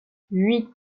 huit